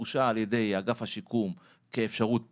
פורשה על ידי אגף השיקום כאפשרות בחירה,